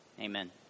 Amen